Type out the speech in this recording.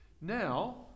Now